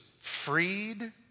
freed